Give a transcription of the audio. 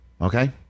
Okay